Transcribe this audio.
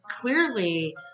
clearly